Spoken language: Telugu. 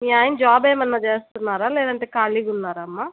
మీ ఆయన జాబ్ ఏమన్న చేస్తున్నారా లేదంటే ఖాళీగా ఉన్నారా అమ్మ